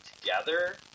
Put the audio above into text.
together